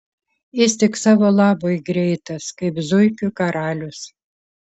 jis tik savo labui greitas kaip zuikių karalius